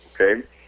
okay